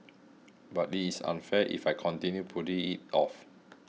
but it is unfair if I continue putting it off